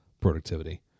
productivity